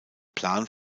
plan